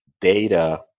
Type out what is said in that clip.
data